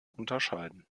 unterscheiden